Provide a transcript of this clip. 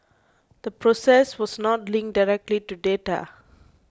the process was not linked directly to data